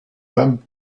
him